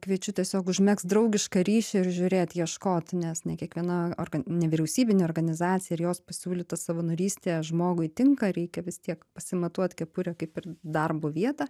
kviečiu tiesiog užmegzt draugišką ryšį ir žiūrėt ieškot nes ne kiekviena organ nevyriausybinė organizacija ir jos pasiūlyta savanorystė žmogui tinka reikia vis tiek pasimatuot kepurę kaip ir darbo vietą